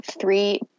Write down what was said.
three